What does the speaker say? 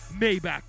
Maybach